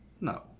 No